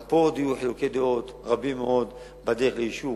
גם פה עוד יהיו חילוקי דעות רבים מאוד בדרך לאישור.